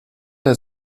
der